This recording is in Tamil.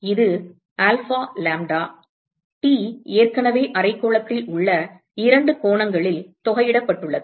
இது ஆல்பா லாம்ப்டா T ஏற்கனவே அரைக்கோளத்தில் உள்ள இரண்டு கோணங்களில் தொகையீடப்பட்டுள்ளது